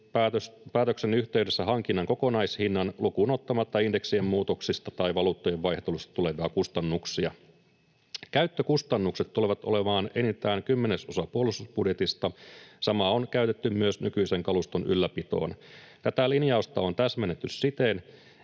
päätöksen yhteydessä hankinnan kokonaishinnan lukuun ottamatta indeksien muutoksista tai valuuttojen vaihtelusta tulevia kustannuksia. Käyttökustannukset tulevat olemaan enintään kymmenesosa puolustusbudjetista. Samaa on käytetty myös nykyisen kaluston ylläpitoon. Tätä linjausta on täsmennetty siten,